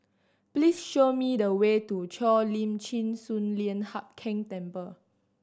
please show me the way to Cheo Lim Chin Sun Lian Hup Keng Temple